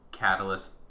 catalyst